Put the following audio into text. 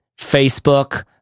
Facebook